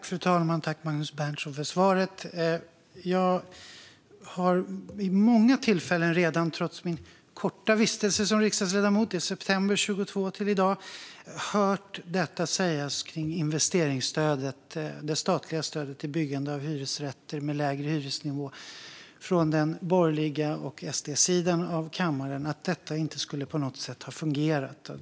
Fru talman! Jag tackar Magnus Berntsson för svaret. Trots min korta tid som riksdagsledamot från september 2022 till i dag har jag redan vid många tillfällen hört det sägas från den borgerliga sidan och SD-sidan av kammaren att investeringsstödet, det statliga stödet till byggande av hyresrätter med lägre hyresnivå, inte skulle ha fungerat på något sätt.